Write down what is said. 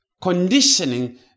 conditioning